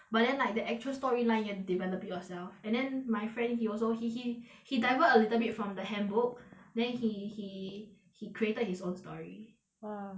but then like the actual storyline you develop yourself and then my friend he also he he he divert a little bit from the handbook then he he he created his own story !wah!